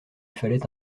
fallait